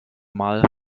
mal